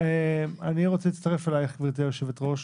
אני רוצה להצטרף אלייך, גברתי יושבת הראש.